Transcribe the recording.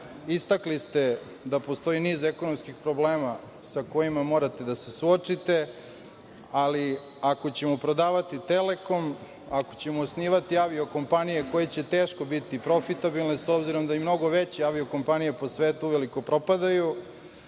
Istakli ste da postoji niz ekonomskih problema sa kojima morate da se suočite, ali ako ćemo prodavati „Telekom“, ako ćemo osnivati avio kompanije koje će teško biti profitabilne, s obzirom, da i mnogo veće avio kompanije po svetu uveliko propadaju.